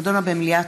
נדונה במליאה